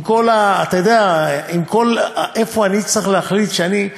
אתה יודע, מאיפה אני צריך להחליט שאני,